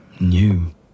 new